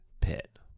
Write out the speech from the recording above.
pit